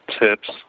tips